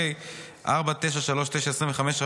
פ/4939/25,